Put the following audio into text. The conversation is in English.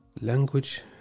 Language